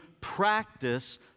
practice